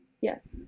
Yes